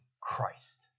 Christ